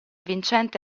vincente